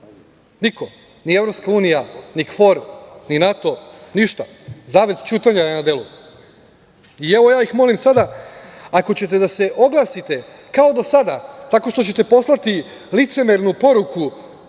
Niko, ni EU, ni KFOR, ni NATO, ništa, zavet ćutanja je na delu. Evo, ja ih molim sada ako ćete da se oglasite kao do sada tako što ćete poslati licemernu poruku